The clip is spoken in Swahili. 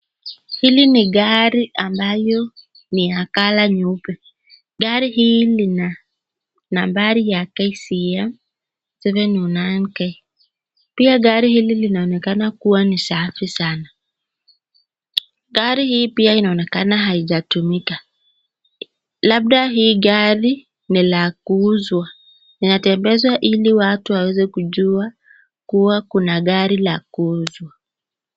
Hili ni gari ambayo ni ya color nyeupe. Gari hii lina nambari ya KCM 709K . Pia gari hili linaonekana kuwa safi sana. Gari hii pia inaonekama haijatumika, labda hii gari ni la kuuzwa. Linatembezwa ili watu waweze kujua kuwa kuna gari la kuuzwa.